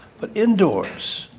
but indoors,